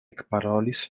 ekparolis